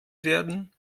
werden